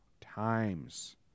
times